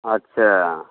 अच्छा